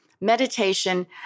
meditation